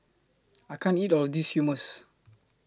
I can't eat All of This Hummus